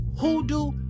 hoodoo